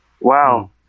Wow